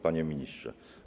Panie Ministrze!